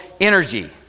energy